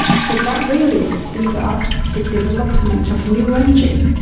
so that really speeds up the development of a new engine.